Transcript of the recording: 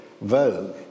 vogue